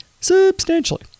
substantially